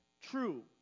true